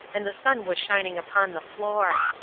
and the sun was shining upon the floor.